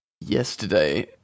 Yesterday